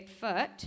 foot